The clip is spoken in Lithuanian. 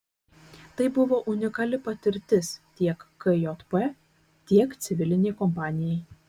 tai buvo unikali patirtis tiek kjp tiek civilinei kompanijai